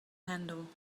handle